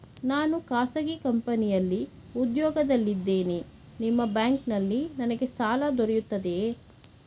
ನಾನು ಖಾಸಗಿ ಕಂಪನಿಯಲ್ಲಿ ಉದ್ಯೋಗದಲ್ಲಿ ಇದ್ದೇನೆ ನಿಮ್ಮ ಬ್ಯಾಂಕಿನಲ್ಲಿ ನನಗೆ ಸಾಲ ದೊರೆಯುತ್ತದೆಯೇ?